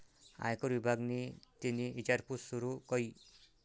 आयकर विभागनि तेनी ईचारपूस सूरू कई